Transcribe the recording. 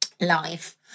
life